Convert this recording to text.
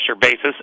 basis